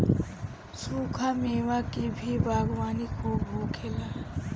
सुखा मेवा के भी बागवानी खूब होखेला